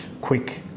quick